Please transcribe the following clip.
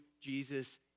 Jesus